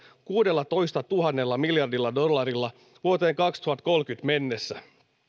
kuudellatoistatuhannella miljardilla dollarilla vuoteen kaksituhattakolmekymmentä mennessä